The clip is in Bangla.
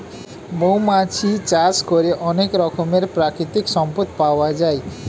মৌমাছি চাষ করে অনেক রকমের প্রাকৃতিক সম্পদ পাওয়া যায়